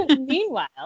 Meanwhile